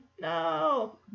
No